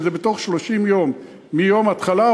שזה בתוך 30 יום מיום ההתחלה,